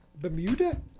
bermuda